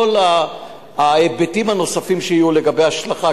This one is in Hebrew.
כל ההיבטים הנוספים שיהיו לגבי השלכה,